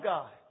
God